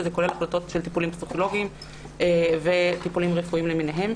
וזה כולל החלטות של טיפולים פסיכולוגיים וטיפולים רפואיים למיניהם,